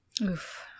Oof